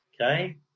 okay